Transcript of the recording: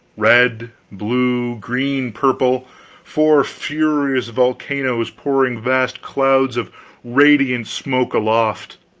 red, blue, green, purple four furious volcanoes pouring vast clouds of radiant smoke aloft,